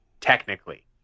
Technically